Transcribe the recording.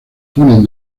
ponen